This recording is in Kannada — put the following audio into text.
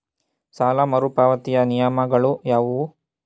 ಸಾಲ ಮರುಪಾವತಿಯ ನಿಯಮಗಳು ಯಾವುವು?